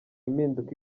impinduka